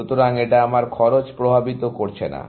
সুতরাং এটা আমার খরচ প্রভাবিত করছে না